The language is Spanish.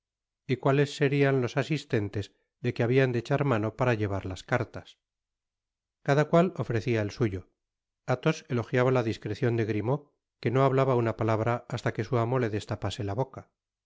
tours cuales serian los asistentes de que habian de echar mano para llevar las cartas cada cual ofrecia el suyo athos elogiaba ta discrecion de grimaud que no hablaba una palabra hasta que su amo le destapase la boca